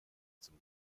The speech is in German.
zum